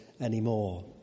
anymore